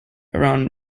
around